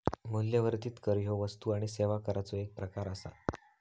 मूल्यवर्धित कर ह्यो वस्तू आणि सेवा कराचो एक प्रकार आसा